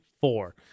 four